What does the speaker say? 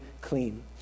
clean